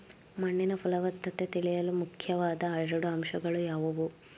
ಮಣ್ಣಿನ ಫಲವತ್ತತೆ ತಿಳಿಯಲು ಮುಖ್ಯವಾದ ಎರಡು ಅಂಶಗಳು ಯಾವುವು?